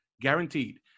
Guaranteed